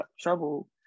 trouble